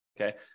Okay